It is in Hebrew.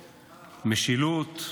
משילות.